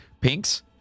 pinks